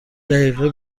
دقیقه